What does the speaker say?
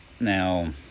Now